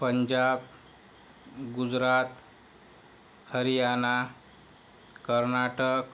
Punjab Gujarat Haryana Karnataka